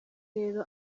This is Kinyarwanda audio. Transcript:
rero